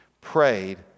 prayed